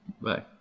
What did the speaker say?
Bye